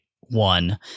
one